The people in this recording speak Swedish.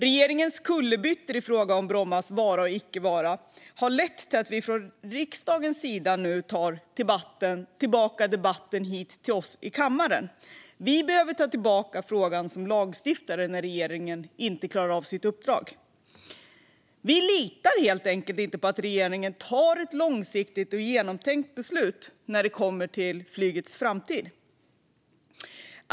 Regeringens kullerbyttor i fråga om Brommas vara eller icke vara har lett till att vi från riksdagens sida nu tar tillbaka debatten hit till oss i kammaren. Vi lagstiftare behöver ta tillbaka frågan när regeringen inte klarar av sitt uppdrag. Vi litar helt enkelt inte på att regeringen tar ett långsiktigt och genomtänkt beslut när det kommer till flygets framtid.